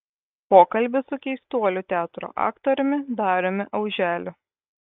pokalbis su keistuolių teatro aktoriumi dariumi auželiu